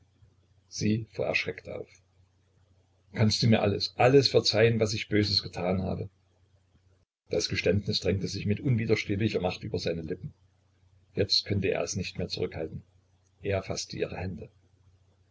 sie fuhr erschreckt auf kannst du mir alles alles verzeihen was ich böses getan habe das geständnis drängte sich mit unwiderstehlicher macht über seine lippen jetzt könnte er es nicht mehr zurückhalten er faßte ihre hände